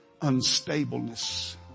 unstableness